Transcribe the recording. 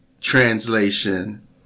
translation